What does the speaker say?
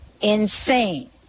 insane